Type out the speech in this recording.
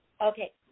Okay